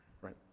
right